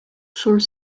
sault